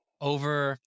over